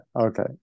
Okay